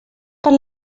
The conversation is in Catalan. per